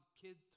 kid